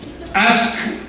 ask